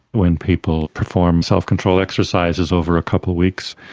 when people perform self-control exercises over a couple of weeks,